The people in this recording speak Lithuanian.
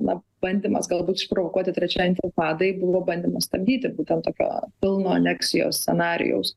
na bandymas galbūt išprovokuoti trečiai intifadai buvo bandymas stabdyti būtent tokio pilno aneksijos scenarijaus